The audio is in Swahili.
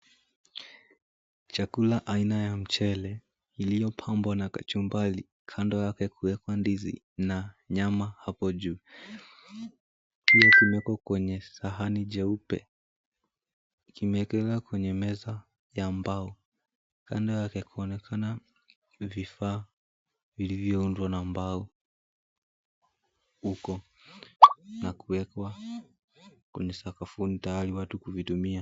Chakula aina ya mchele iliyopambwa na kachumbari, kando yake kuwekwa ndizi na nyama hapo juu. Pia kimwekwa kwenye sahani jeupe kimeekelewa kwenye meza ya mbao. Kando yake kuonekana vifaa vilivyoundwa na mbao huko na kuwekwa kwenye sakafuni tayari watu kuvitumia.